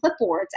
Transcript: clipboards